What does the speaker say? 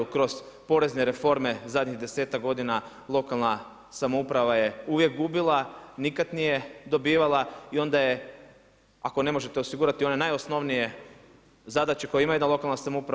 Kroz porezne reforme zadnjih desetak godina lokalna samouprava je uvijek gubila, nikad nije dobivala i onda je ako ne možete osigurati one najosnovnije zadaće koje imaju jedna lokalna samouprava.